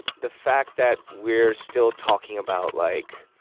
the fact that we're still talking about, like,